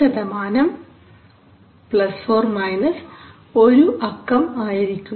2 ± ഒരു അക്കം ആയിരിക്കും